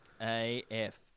AF